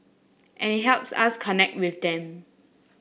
and it helps us connect with them